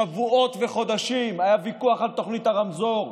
שבועות וחודשים היה ויכוח על תוכנית הרמזור,